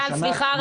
אייל, סליחה.